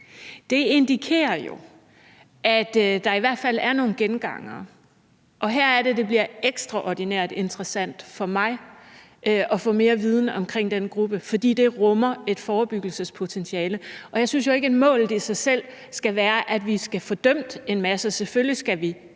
Det indikerer jo i hvert fald, at der er nogle gengangere, og her er det, at det bliver ekstraordinært interessant for mig at få mere viden omkring den gruppe, fordi det rummer et forebyggelsespotentiale, og jeg synes jo ikke, at målet i sig selv skal være, at vi skal få dømt en masse. Selvfølgelig skal vi